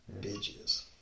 bitches